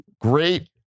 great